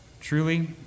Truly